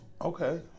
Okay